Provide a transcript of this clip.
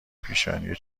پیشانی